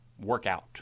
workout